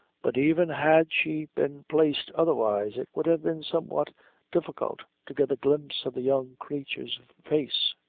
but even had she been placed otherwise, it would have been somewhat difficult to get a glimpse of the young creature's face.